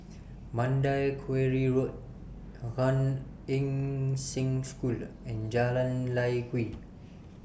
Mandai Quarry Road Gan Eng Seng School and Jalan Lye Kwee